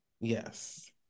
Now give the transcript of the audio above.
Yes